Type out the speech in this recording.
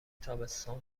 تابستان